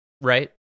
right